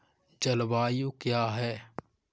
जलवायु क्या है?